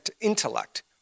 intellect